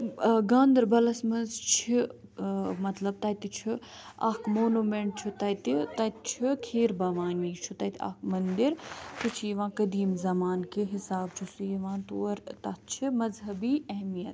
ٲں گاندَربَلَس منٛز چھِ ٲں مطلب تَتہِ چھُ اَکھ مونوٗمیٚنٛٹ چھُ تَتہِ تَتہِ چھُ کھیٖر بھوانی چھُ تَتہِ اَکھ مَندِر سُہ چھُ یِوان قدیٖم زَمانکہِ حِسابہٕ چھُ سُہ یِوان تور تَتھ چھِ مَذہبی اہمیت